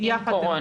-- עם קורונה.